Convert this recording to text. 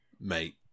mate